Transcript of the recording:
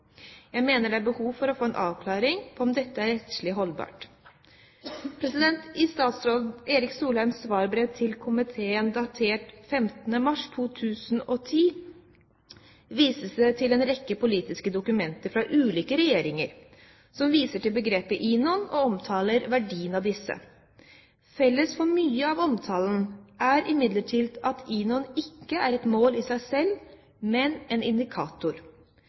Jeg mener det er behov for å få en avklaring om dette er rettslig holdbart. I statsråd Erik Solheims svarbrev til komiteen, datert 15. mars 2010, vises det til en rekke politiske dokumenter fra ulike regjeringer, som viser til begrepet INON og omtaler verdien av disse. Felles for mye av omtalen er imidlertid at INON ikke er et mål i seg selv, men en indikator.